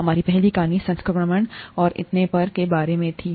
हमारी पहली कहानी संक्रमण और इतने पर के बारे में थी